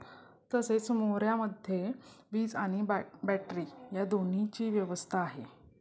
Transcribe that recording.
तसेच मोऱ्यामध्ये वीज आणि बॅटरी या दोन्हीची व्यवस्था आहे